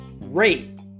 rate